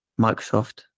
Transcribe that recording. Microsoft